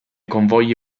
convogli